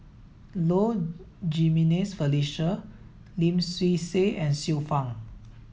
Low Jimenez Felicia Lim Swee Say and Xiu Fang